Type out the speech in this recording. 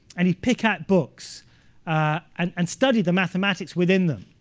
and he'd pick out books and and study the mathematics within them.